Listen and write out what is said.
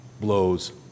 blows